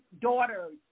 daughters